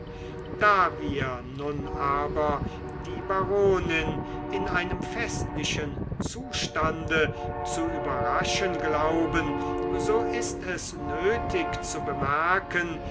da wir nun aber die baronin in einem festlichen zustande zu überraschen glauben so ist es notwendig zu bemerken